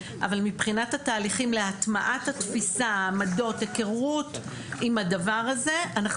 אבל מבחינת התהליכים להטמעת התפיסה העמדות היכרות עם הדבר הזה,